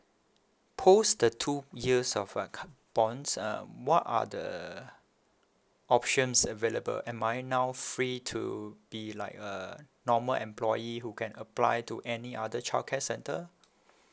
post the two years of uh cu~ bonds um what are the options available am I now free to be like a normal employee who can apply to any other childcare centre